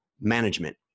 Management